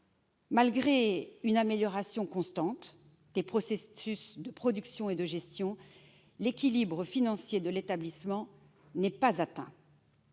Malgré une amélioration constante des processus de production et de gestion, l'équilibre financier de l'établissement n'est pas atteint.